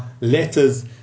letters